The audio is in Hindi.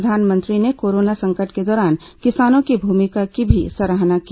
प्रधानमंत्री ने कोराना संकट के दौरान किसानों की भूमिका की भी सराहना की